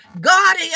God